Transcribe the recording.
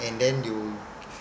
and then you